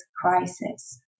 crisis